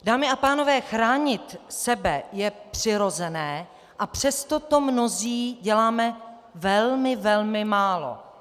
Dámy a pánové, chránit sebe je přirozené, a přesto to mnozí děláme velmi, velmi málo.